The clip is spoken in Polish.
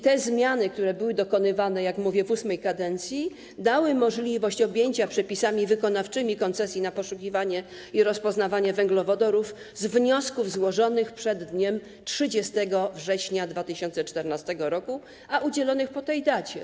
Te zmiany, które były dokonywane, jak mówię, w VIII kadencji, dały możliwość objęcia przepisami wykonawczymi koncesji na poszukiwanie i rozpoznawanie węglowodorów z wniosków złożonych przed dniem 30 września 2014 r., a udzielonych po tej dacie.